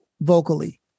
vocally